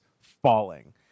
falling